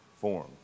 form